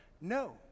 No